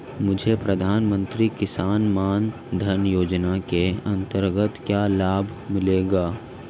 मुझे प्रधानमंत्री किसान मान धन योजना के अंतर्गत क्या लाभ मिलेगा?